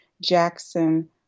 Jackson